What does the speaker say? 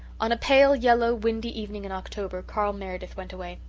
on a pale-yellow, windy evening in october carl meredith went away.